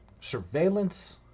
Surveillance